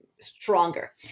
stronger